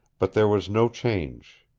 but there was no change.